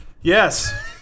Yes